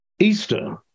Easter